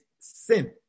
sin